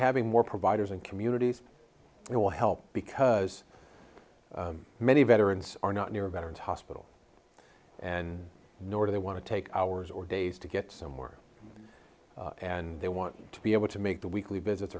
having more providers and communities will help because many veterans are not near veterans hospital and nor do they want to take hours or days to get somewhere and they want to be able to make the weekly visits